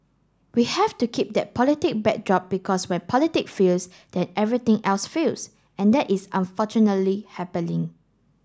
we have to keep that politic backdrop because when politic fails then everything else fails and that is unfortunately happening